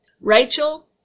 Rachel